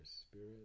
spirit